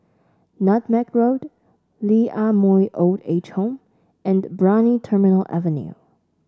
Nutmeg Road Lee Ah Mooi Old Age Home and Brani Terminal Avenue